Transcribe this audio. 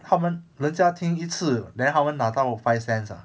他们人家听一次 then 他们拿到 five cents ah